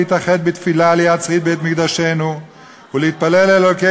להתאחד בתפילה ליד שריד בית-מקדשנו ולהתפלל לאלוקי